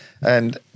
And-